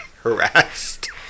harassed